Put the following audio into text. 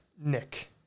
Nick